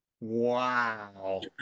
Wow